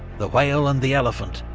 the whale and the elephant,